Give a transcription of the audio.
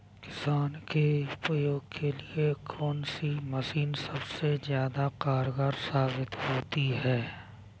किसान के उपयोग के लिए कौन सी मशीन सबसे ज्यादा कारगर साबित होती है?